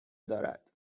دارد